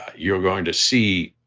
you're going to see.